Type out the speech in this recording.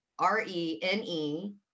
R-E-N-E